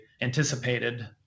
anticipated